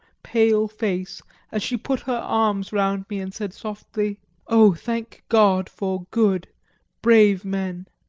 pale face as she put her arms round me and said softly oh, thank god for good brave men!